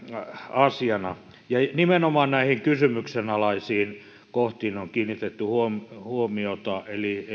asiana nimenomaan näihin kysymyksenalaisiin kohtiin on kiinnitetty huomiota